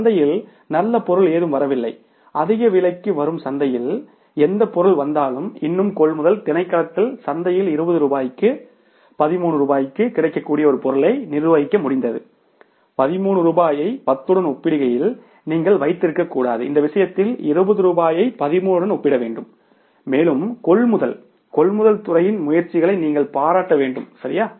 சந்தையில் நல்ல பொருள் எதுவும் வரவில்லை அதிக விலைக்கு வரும் சந்தையில் எந்த பொருள் வந்தாலும் இன்னும் கொள்முதல் திணைக்களத்தால் சந்தையில் 20 ரூபாய்க்கு 13 ரூபாய்க்கு கிடைக்கக்கூடிய ஒரு பொருளை நிர்வகிக்க முடிந்தது 13 ரூபாயை 10 உடன் ஒப்பிடுகையில் நீங்கள் வைத்திருக்கக்கூடாது இந்த விஷயத்தில் 20 ரூபாயை 13 உடன் ஒப்பிட வேண்டும் மேலும் கொள்முதல் கொள்முதல் துறையின் முயற்சிகளை நீங்கள் பாராட்ட வேண்டும் சரியா